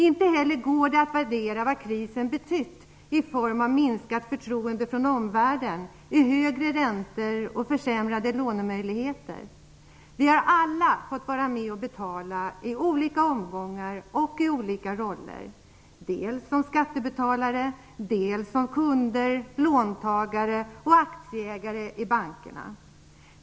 Inte heller går det att värdera vad krisen betytt i form av minskat förtroende från omvärlden, högre räntor och försämrade lånemöjligheter. Vi har alla fått vara med och betala i olika omgångar och i olika roller, dels som skattebetalare, dels som kunder, låntagare och aktieägare i bankerna.